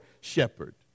shepherd